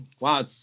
wow